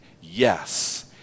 yes